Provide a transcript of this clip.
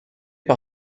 par